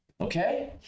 okay